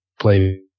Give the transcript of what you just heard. play